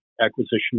acquisition